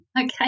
okay